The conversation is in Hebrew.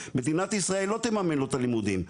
מדינת ישראל לא תממן לו את הלימודים,